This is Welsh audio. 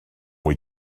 wyt